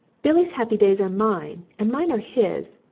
billy's happy days are mine and mine are his,